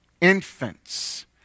infants